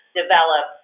develop